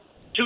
Two